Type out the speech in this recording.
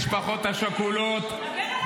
למשפחות השכולות -- דבר על החוק.